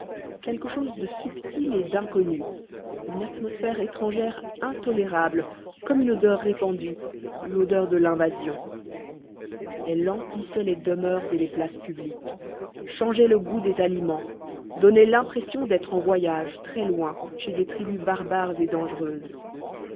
quelque chose de subtil et d'inconnu une atmosphère étrangère intolérable comme une odeur répandue l'odeur de l'invasion elle emplissait les demeures et les places publiques changeait le goût des aliments donnait l'impression d'être en voyage très loin chez des tribus barbares et dangereuses